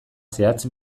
zehatz